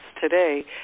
today